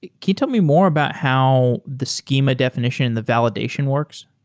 can you tell me more about how the schema definition and the validation works?